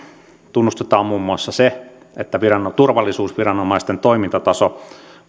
tunnustetaan muun muassa se että turvallisuusviranomaisten toimintataso